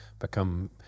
become